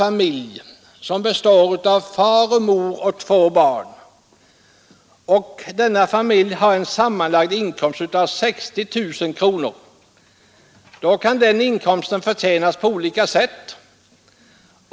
Familjen har en sammanlagd inkomst av 60-000 kronor. Denna inkomst kan förtjänas på olika sätt.